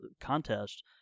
contest